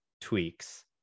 tweaks